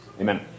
amen